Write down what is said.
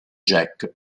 jack